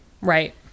Right